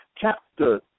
chapter